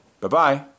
Bye-bye